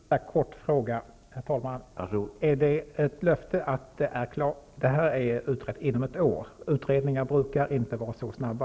Herr talman! En kort fråga: Är det ett löfte att detta skall vara utrett inom ett år? Utredningar brukar inte vara så snabba.